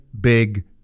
big